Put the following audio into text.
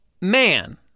man